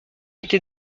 été